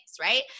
right